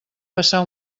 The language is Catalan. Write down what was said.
passar